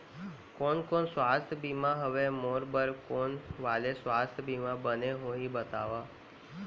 कोन कोन स्वास्थ्य बीमा हवे, मोर बर कोन वाले स्वास्थ बीमा बने होही बताव?